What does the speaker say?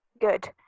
good